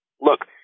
look